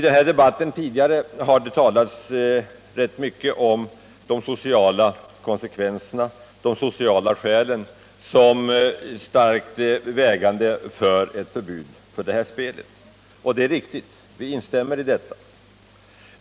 Det har talats rätt mycket i den här debatten om de sociala konsekvenserna som ett tungt vägande skäl för ett förbud, och det är riktigt. Vi reservanter instämmer i detta.